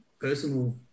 personal